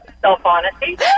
self-honesty